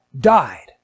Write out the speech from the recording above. died